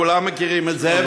כולם מכירים את זה,